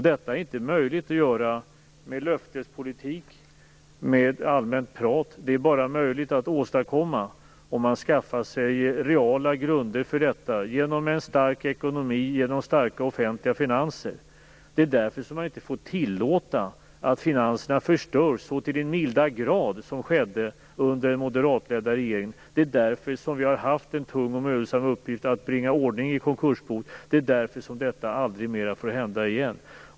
Detta är inte möjligt att göra med löftespolitik eller med allmänt prat. Det är bara möjligt att åstadkomma om man skaffar sig reala grunder genom en stark ekonomi, genom starka offentliga finanser. Det är därför som man inte får tillåta att finanserna förstörs så till den milda grad som skedde under den moderatledda regeringen. Det är därför vi har haft en tung och mödosam uppgift att bringa ordning i konkursboet. Det är därför som detta aldrig får hända igen.